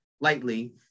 lightly